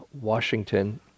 Washington